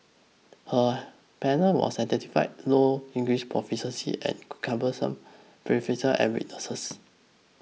her panel was identified low English proficiency and cumbersome bureaucracy at weaknesses